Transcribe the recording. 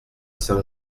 saint